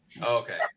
Okay